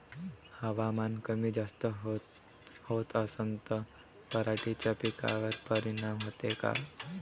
हवामान कमी जास्त होत असन त पराटीच्या पिकावर परिनाम होते का?